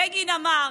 בגין אמר: